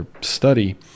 study